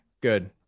good